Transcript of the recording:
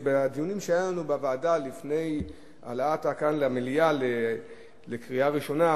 שבדיונים שהיו לנו בוועדה לפני העלאה למליאה לקריאה ראשונה,